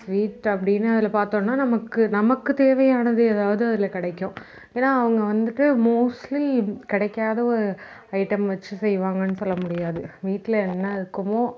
sweets அப்படின்னு அதில் பார்த்தோன்னா நமக்கு நமக்கு தேவையானது ஏதாவது அதில் கிடைக்கும் ஏன்னா அவங்க வந்துட்டு மோஸ்ட்லி கிடைக்காத ஒரு ஐட்டம் வச்சு செய்வாங்கன்னு சொல்ல முடியாது வீட்டில என்ன இருக்குமோ